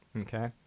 okay